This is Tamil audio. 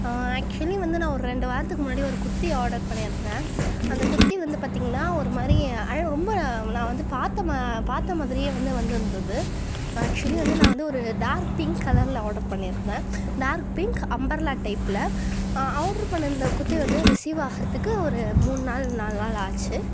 ஆக்சுவலி வந்து நான் ஒரு ரெண்டு வாரத்துக்கு முன்னாடி ஒரு குர்த்தி ஆர்டர் பண்ணியிருந்தேன் அந்த குர்த்தி வந்து பார்த்திங்கன்னா ஒரு மாதிரி ஆனால் ரொம்ப நான் வந்து பார்த்த மா பார்த்த மாதிரியே வந்து வந்துருந்தது ஆக்சுவலி வந்து நான் வந்து ஒரு டார்க் பிங்க் கலரில் ஆர்டர் பண்ணியிருந்தேன் டார்க் பிங்க் அம்பர்லா டைப்பில் ஆர்டர் பண்ணியிருந்த குர்த்தி வந்து ரிசீவ் ஆகுறதுக்கு ஒரு மூணு நாள் நாலு நாள் ஆச்சு